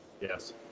Yes